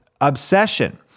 obsession